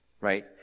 right